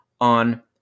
on